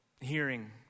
hearing